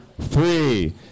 three